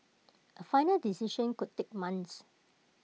A final decision could take months